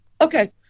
Okay